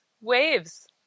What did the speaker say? Waves